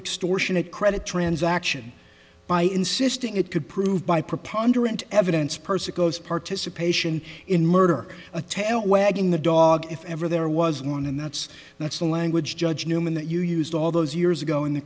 extortionate credit transaction by insisting it could prove by preponderant evidence person goes participation in murder a tail wagging the dog if ever there was one and that's that's the language judge newman that you used all those years ago in the